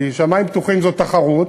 כי "שמים פתוחים" זו תחרות,